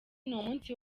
n’umunsi